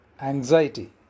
anxiety